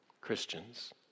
Christians